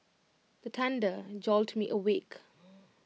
the thunder jolt me awake